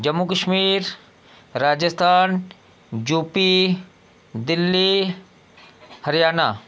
Jammu Kashmir Rajasthan U P Delhi Haryana